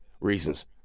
reasons